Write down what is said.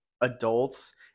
adults